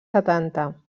setanta